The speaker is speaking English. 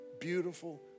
beautiful